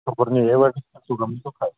गथ'फोरनि एवारनेस प्रग्रामनि थाखाय